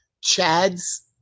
Chad's